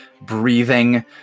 breathing